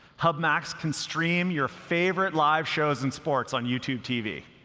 hub max can stream your favorite live shows and sports on youtube tv.